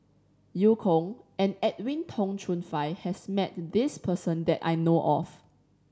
Eu Kong and Edwin Tong Chun Fai has met this person that I know of